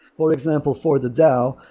for example, for the dao,